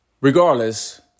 Regardless